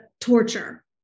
torture